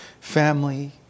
family